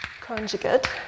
conjugate